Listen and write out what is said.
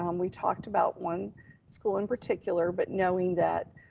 um we talked about one school in particular, but knowing that